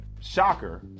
shocker